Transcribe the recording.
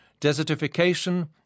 desertification